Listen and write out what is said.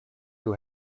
who